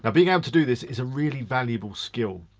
ah being able to do this is a really valuable skill.